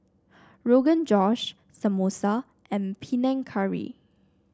Rogan Josh Samosa and Panang Curry